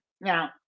Now